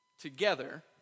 together